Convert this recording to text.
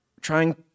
trying